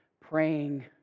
praying